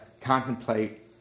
contemplate